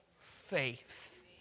faith